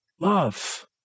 love